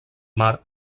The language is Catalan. mar